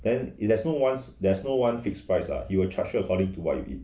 and it there's no one there's no one fixed price lah it will charge you according to what you eat